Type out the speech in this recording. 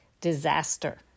disaster